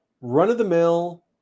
run-of-the-mill